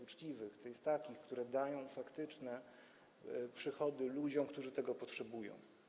Uczciwych to jest takich, które dają faktyczne przychody ludziom, którzy tego potrzebują.